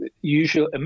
usually